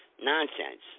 nonsense